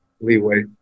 leeway